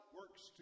works